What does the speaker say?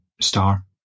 star